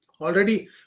Already